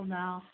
now